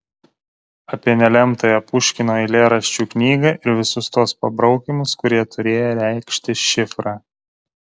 apie nelemtąją puškino eilėraščių knygą ir visus tuos pabraukymus kurie turėję reikšti šifrą